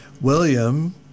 William